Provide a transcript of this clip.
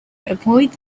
avoid